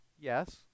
Yes